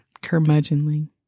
curmudgeonly